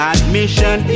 Admission